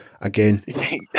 Again